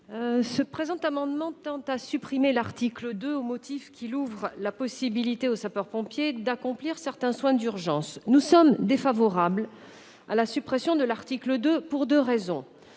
Le présent amendement tend à supprimer l'article 2 au motif que celui-ci ouvre la possibilité aux sapeurs-pompiers d'accomplir certains soins d'urgence. Nous sommes défavorables à la suppression de cet article pour deux raisons.